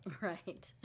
Right